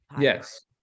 Yes